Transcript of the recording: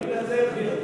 אני מתנצל, גברתי.